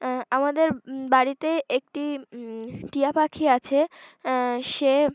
আমাদের বাড়িতে একটি টিয়া পাখি আছে সে